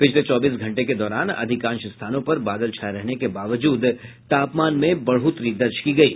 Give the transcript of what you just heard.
पिछले चौबीस घंटे के दौरान अधिकांश स्थानों पर बादल छाये रहने के बावजूद तापमान में बढ़ोतरी दर्ज की गयी